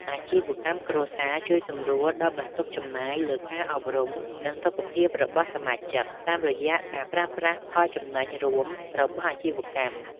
អាជីវកម្មគ្រួសារជួយសម្រួលដល់បន្ទុកចំណាយលើការអប់រំ និងសុខភាពរបស់សមាជិក តាមរយៈការប្រើប្រាស់ផលចំណេញរួមរបស់អាជីវកម្ម។